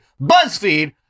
BuzzFeed